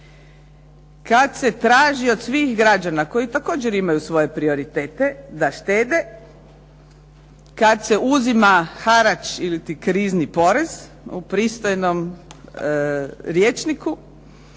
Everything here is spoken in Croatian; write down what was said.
Kad se traži od svih građana koji također imaju svoje prioritete da štede. Kad se uzima harač iliti krizni porez u pristojnom rječniku